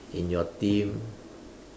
in your team